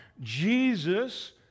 Jesus